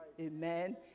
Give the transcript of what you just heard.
Amen